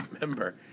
remember